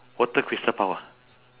water crystal bao ah